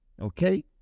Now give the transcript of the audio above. Okay